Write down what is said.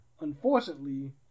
unfortunately